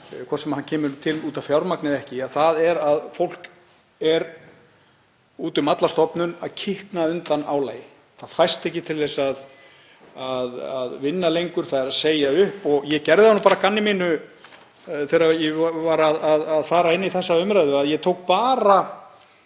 hvort sem það kemur til út af fjármagni eða ekki, að fólk er út um alla stofnun að kikna undan álagi. Það fæst ekki til að vinna lengur, það er að segja upp. Ég gerði það að gamni mínu þegar ég var að fara í þessa umræðu að ég tók bara